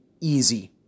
easy